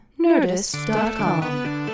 nerdist.com